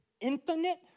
infinite